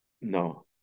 No